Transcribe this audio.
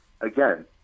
Again